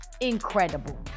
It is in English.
incredible